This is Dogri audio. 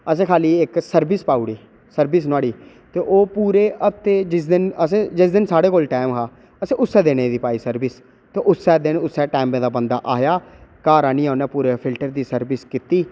असें खाली इक सर्विस पाउड़ी सर्विस नुआढ़ी ओह् पूरे हप्ते जिस दिन असें जिस दिन साढ़े कोला टाइम हा असें उस्सै दिनै दी पाई सर्विस ते उस्सै दिन उस्सै टैमै दा बंदा आया घर आहनियै उ'नै पूरा फिल्टर दी सर्विस कीती